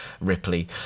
Ripley